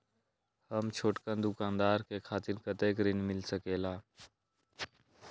हम छोटकन दुकानदार के खातीर कतेक ऋण मिल सकेला?